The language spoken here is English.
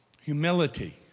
Humility